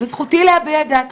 זכותי להביע את דעתי.